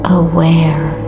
aware